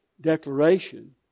declaration